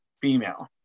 female